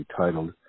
titled